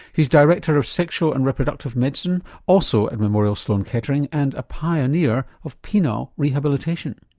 he's director of sexual and reproductive medicine also at memorial sloan-kettering and a pioneer of penile rehabilitation.